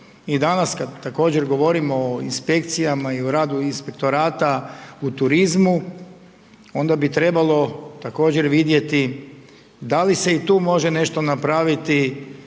I danas, kada također govorimo o inspekcijama i o radu inspektorata u turizmu, onda bi trebalo također vidjeti, da li se i tu može nešto napraviti,